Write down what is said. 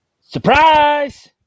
Surprise